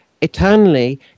eternally